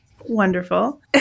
Wonderful